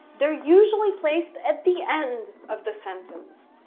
they're usually placed at the end of the sentence.